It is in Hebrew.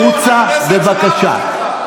החוצה, בבקשה.